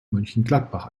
mönchengladbach